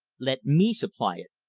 let me supply it,